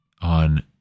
on